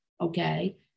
okay